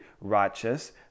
righteous